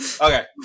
Okay